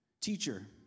teacher